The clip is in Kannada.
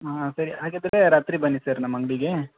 ಹಾಂ ಹಾಂ ಸರಿ ಹಾಗಿದ್ದರೆ ರಾತ್ರಿ ಬನ್ನಿ ಸರ್ ನಮ್ಮ ಅಂಗಡಿಗೆ